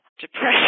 depression